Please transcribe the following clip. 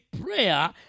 prayer